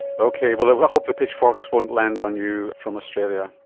okay, well i hope the pitchforks won't land on you from australia.